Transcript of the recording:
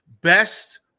Best